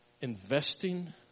investing